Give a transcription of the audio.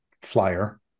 flyer